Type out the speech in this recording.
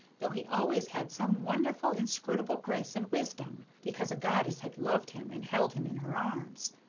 though he always had some wonderful inscrutable grace and wisdom, because a goddess had loved him and held him in her arms.